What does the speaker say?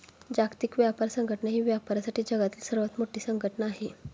जागतिक व्यापार संघटना ही व्यापारासाठी जगातील सर्वात मोठी संघटना आहे